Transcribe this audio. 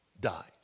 died